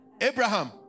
Abraham